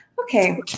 Okay